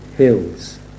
hills